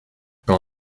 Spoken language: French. qu’en